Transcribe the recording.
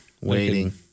waiting